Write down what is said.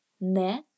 ne